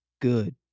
Good